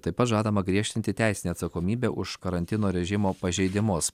taip pat žadama griežtinti teisinę atsakomybę už karantino režimo pažeidimus